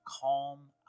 calm